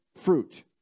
fruit